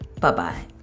Bye-bye